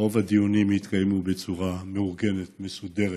רוב הדיונים התקיימו בה בצורה מאורגנת ומסודרת.